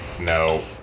no